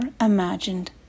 imagined